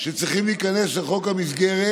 שצריכים להיכנס לחוק המסגרת,